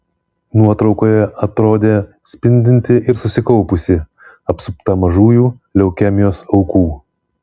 nuotraukoje atrodė spindinti ir susikaupusi apsupta mažųjų leukemijos aukų